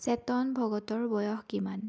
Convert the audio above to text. চেতন ভগতৰ বয়স কিমান